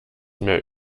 mehr